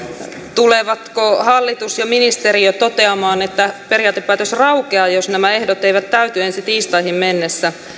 tulevatko hallitus ja ministeriö toteamaan että periaatepäätös raukeaa jos nämä ehdot eivät täyty ensi tiistaihin mennessä